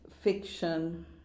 fiction